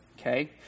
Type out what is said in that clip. okay